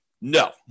No